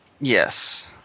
Yes